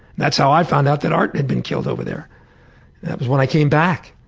that's how i found out that art had been killed over there. that was when i came back.